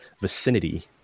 vicinity